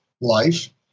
life